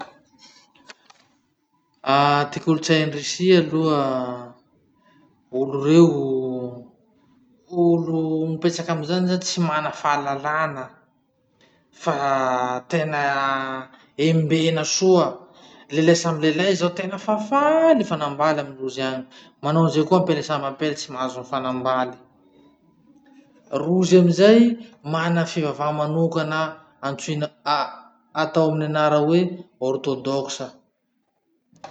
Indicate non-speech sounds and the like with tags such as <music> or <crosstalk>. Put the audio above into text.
<hesitation> ty kolotsain'ny russie aloha, olo reo olo mipetraky amy zany zany tsy mana fahalalahana fa tena embena soa. Lelahy samby lelahy zao tena fa faly hifanambaly amindrozy any, manao anizay koa ampela samby ampela tsy mahazo mifanambaly. Rozy amizay, mana fivavaha manokana antsoina a- atao amy anara hoe Orthodox.